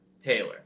Taylor